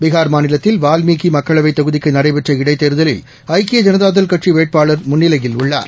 பீகார் மாநிலத்தில் வால்மீகி மக்களவைத் தொகுதிக்கு நடைபெற்ற இடைத்தோதலில் ஐக்கிய ஜனதாதள் கட்சி வேட்பாளர் முன்னிலையில் உள்ளார்